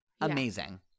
Amazing